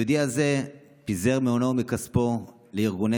היהודי הזה פיזר מהונו ומכספו לארגוני